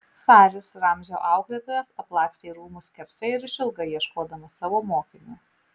saris ramzio auklėtojas aplakstė rūmus skersai ir išilgai ieškodamas savo mokinio